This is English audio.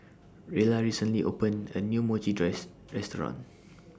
Rella recently opened A New Mochi tress Restaurant